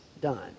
done